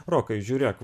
rokai žiūrėk